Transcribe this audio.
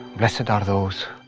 blessed and are those,